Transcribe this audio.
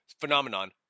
phenomenon